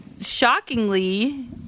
Shockingly